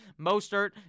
Mostert